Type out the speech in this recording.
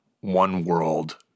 one-world